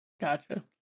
Gotcha